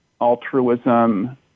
altruism